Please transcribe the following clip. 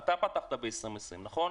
אתה פתחת ב-2020, נכון?